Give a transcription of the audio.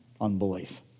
unbelief